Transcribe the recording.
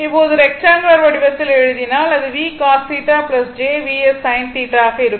இப்போது ரெக்டங்குளர் வடிவத்தில் எழுதினால் அது v cos θ j Vs sin θ ஆக இருக்கும்